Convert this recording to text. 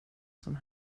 som